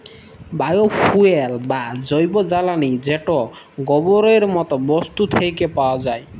bio fuel বা জৈব জ্বালালী যেট গোবরের মত বস্তু থ্যাকে পাউয়া যায়